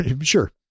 sure